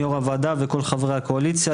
ליושב ראש הוועדה ולכל חברי הקואליציה,